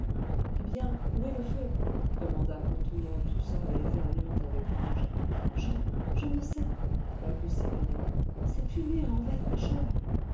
eh bien où est le feu demanda ponto en toussant et éternuant avec rage je je ne sais balbutia hélène cette fumée a envahi ma chambre